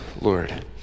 lord